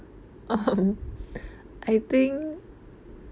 um I think